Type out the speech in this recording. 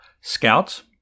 scouts